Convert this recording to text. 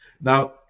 Now